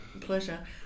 Pleasure